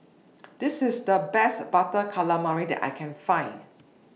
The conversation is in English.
This IS The Best Butter Calamari that I Can Find